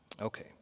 Okay